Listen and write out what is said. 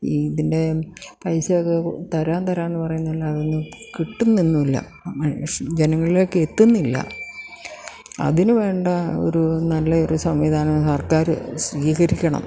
ഇതിൻ്റെ പൈസയൊക്കെ തരാം തരാമെന്ന് പറയുന്നതൊന്നും കിട്ടുന്നൊന്നുമില്ല ജനങ്ങളിലേക്ക് എത്തുന്നില്ല അതിന് വേണ്ട ഒരൂ നല്ല ഒരു സംവിധാനം സർക്കാർ സ്വീകരിക്കണം